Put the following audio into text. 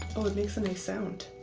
oh it makes a nice sound